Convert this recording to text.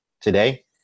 today